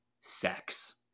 sex